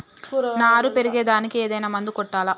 నారు పెరిగే దానికి ఏదైనా మందు కొట్టాలా?